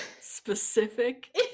specific